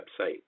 website